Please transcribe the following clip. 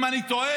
אם אני טועה,